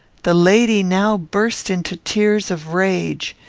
the lady now burst into tears of rage.